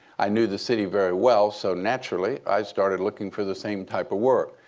i knew the city very well. so naturally, i started looking for the same type of work.